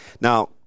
Now